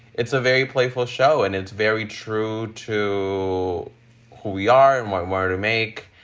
it's a very playful show and it's very true to who we are and what wire to make.